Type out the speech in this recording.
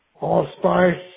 Allspice